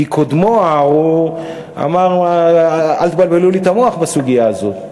כי קודמו הארור אמר: אל תבלבלו לי את המוח בסוגיה הזאת.